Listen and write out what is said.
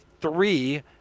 three